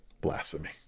Blasphemy